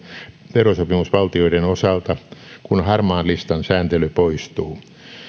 verosopimusvaltioiden osalta kun harmaan listan sääntely poistuu